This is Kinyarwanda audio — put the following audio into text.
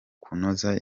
kunoza